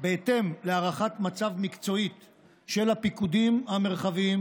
בהתאם להערכת מצב מקצועית של הפיקודים המרחביים